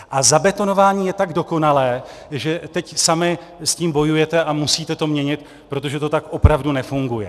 A zabetonování je tak dokonalé, že teď sami s tím bojujete a musíte to měnit, protože to tak opravdu nefunguje.